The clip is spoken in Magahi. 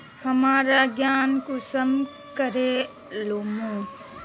हमरा ऋण कुंसम करे लेमु?